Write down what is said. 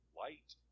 light